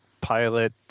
pilot